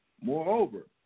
Moreover